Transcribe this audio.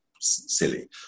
silly